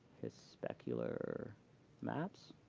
his specular maps